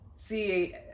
See